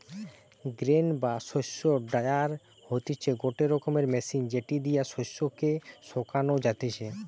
grain বা শস্য dryer হতিছে গটে রকমের মেশিন যেটি দিয়া শস্য কে শোকানো যাতিছে